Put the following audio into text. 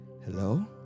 Hello